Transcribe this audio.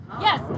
Yes